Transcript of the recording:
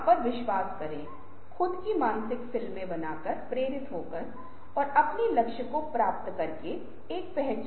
इसी प्रकार डेल्फी उनका वह स्थान है जहां वह यूएसए में रैंड कॉर्पोरेशन द्वारा है